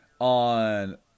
on